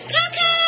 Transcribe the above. Coco